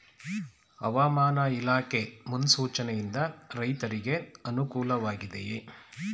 ಹವಾಮಾನ ಇಲಾಖೆ ಮುನ್ಸೂಚನೆ ಯಿಂದ ರೈತರಿಗೆ ಅನುಕೂಲ ವಾಗಿದೆಯೇ?